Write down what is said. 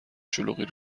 شلوغی